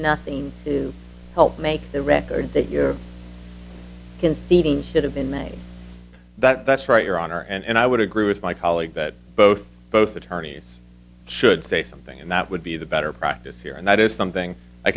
nothing to help make the record that you're conceding should have been made that that's right your honor and i would agree with my colleague that both both attorneys should say something and that would be the better practice here and that is something i